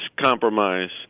compromise